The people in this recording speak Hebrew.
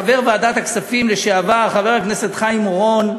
חבר ועדת הכספים לשעבר חבר הכנסת חיים אורון,